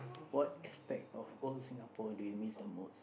what aspect of old Singapore do you miss the most